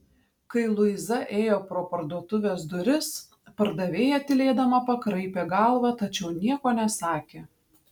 kai luiza ėjo pro parduotuvės duris pardavėja tylėdama pakraipė galvą tačiau nieko nesakė